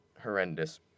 horrendous